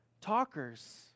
talkers